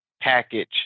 package